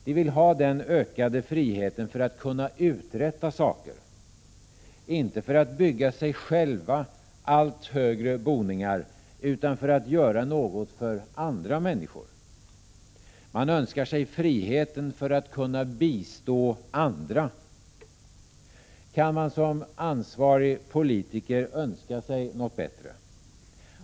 De vill ha den ökade friheten för att kunna uträtta saker, inte för att bygga sig själva allt högre boningar, utan för att göra något för andra människor. Man önskar sig friheten för att kunna bistå andra. Kan man som ansvarig politiker önska sig något bättre?